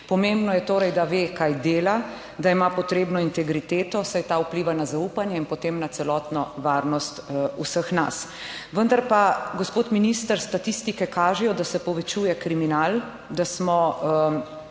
Pomembno je torej, da ve, kaj dela, da ima potrebno integriteto, saj ta vpliva na zaupanje in potem na celotno varnost vseh nas. Vendar pa gospod minister, statistike kažejo, da se povečuje kriminal, da smo